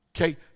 Okay